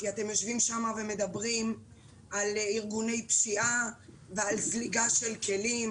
כי אתם יושבים שם ומדברים על ארגוני פשיעה ועל זליגה של כלים.